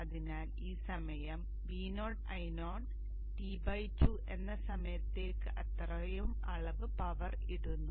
അതിനാൽ ആ സമയത്ത് VoIo T2 എന്ന സമയത്തേക്ക് അത്രയും അളവ് പവർ ഇടുന്നു